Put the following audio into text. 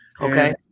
Okay